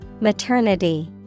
maternity